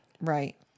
Right